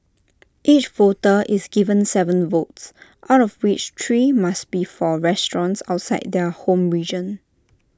each voter is given Seven votes out of which three must be for restaurants outside their home region